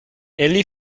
elli